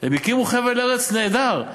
הם הקימו חבל ארץ נהדר.